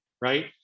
right